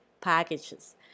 packages